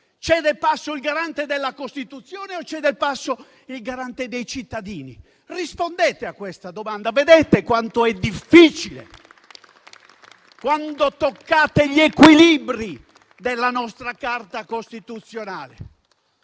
Cede passo il garante della Costituzione o cede il passo il garante dei cittadini? Rispondete a questa domanda! Vedete quanto è difficile, quando toccate gli equilibri della nostra Carta costituzionale?